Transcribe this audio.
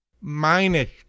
Minus